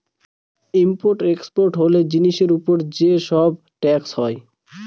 import exporter হলে জিনিসের উপর যে সব ট্যাক্স হয়